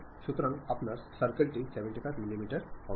সুতরাং আপনার সার্কেল টি 75 মিলিমিটারের হবে